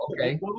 Okay